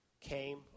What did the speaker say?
came